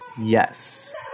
yes